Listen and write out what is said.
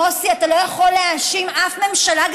מוסי, אתה לא יכול להאשים אף ממשלה.